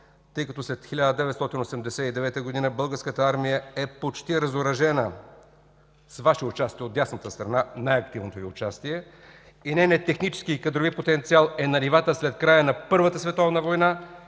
тъй като след 1989 г. Българската армия е почти разоръжена с Ваше участие от дясната страна – най-активното Ви участие, и нейният политически и кадрови потенциал е на нивата след края на Първата световна война